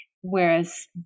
Whereas